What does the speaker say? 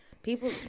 People